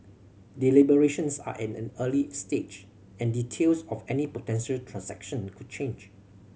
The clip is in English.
deliberations are at an early stage and details of any potential transaction could change